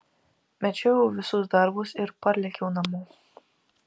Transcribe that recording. mečiau visus darbus ir parlėkiau namo